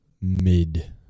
Mid